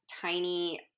tiny